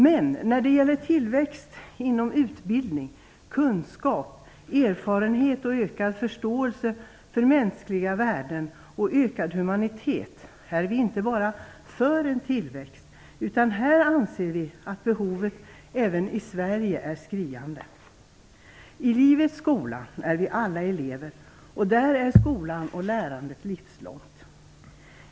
Men när det gäller tillväxt inom utbildning, kunskap, erfarenhet och ökad förståelse för mänskliga värden och ökad humanitet är vi inte bara för en tillväxt, utan där anser vi att behovet även i Sverige är skriande. I livets skola är vi alla elever. Där är skolan och lärandet livslångt.